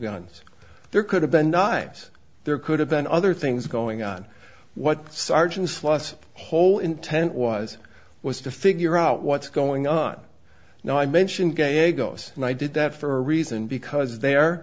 guns there could have been dives there could have been other things going on what sergeant sloss whole intent was was to figure out what's going on you know i mentioned gay eggless and i did that for a reason because the